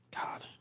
God